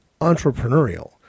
entrepreneurial